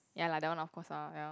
ya lah that one of course ah ya